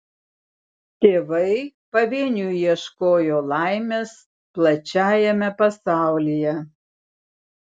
tėvai pavieniui ieškojo laimės plačiajame pasaulyje